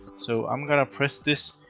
so i'm going to press this